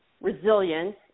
resilience